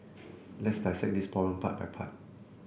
let's dissect this problem part by part